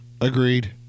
Agreed